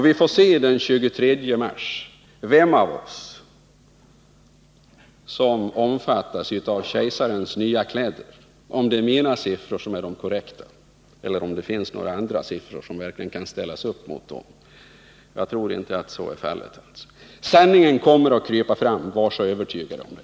Vi får den 23 mars se vem av oss som kan sägas bära kejsarens nya kläder, om det är mina siffror som är de korrekta eller om det finns några andra som verkligen kan ställas upp mot dem. Jag tror inte att så är fallet. Sanningen kommer att krypa fram — var övertygade om det!